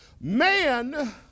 Man